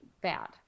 bad